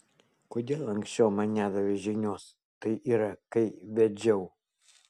kodėl anksčiau man nedavei žinios tai yra kai vedžiau